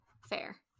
fair